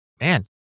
Man